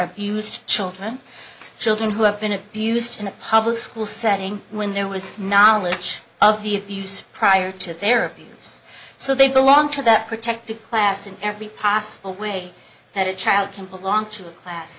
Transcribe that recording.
abused children children who have been abused in a public school setting when there was knowledge of the abuse prior to their abuse so they belong to that protected class in every possible way that a child can belong to a class